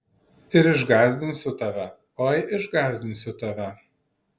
ir išgąsdinsiu tave oi išgąsdinsiu tave